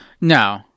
No